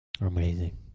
Amazing